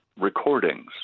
recordings